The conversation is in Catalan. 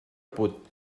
put